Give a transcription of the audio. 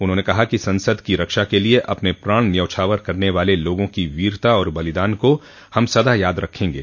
उन्होंने कहा कि संसद की रक्षा के लिए अपने प्राण न्यौछावर करने वाले लोगों की वीरता और बलिदान का हम सदा याद रखेंगे